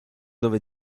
dove